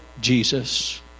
Jesus